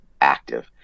active